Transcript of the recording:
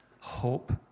hope